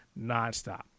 nonstop